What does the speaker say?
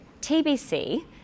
TBC